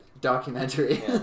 documentary